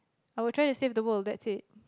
I will try to save the world that's it